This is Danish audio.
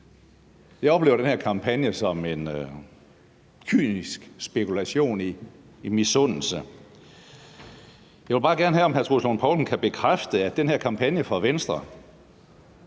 Jeg oplever den her kampagne som en kynisk spekulation i misundelse, og jeg vil bare gerne have, om hr. Troels Lund Poulsen kan bekræfte, at den her kampagne fra Venstre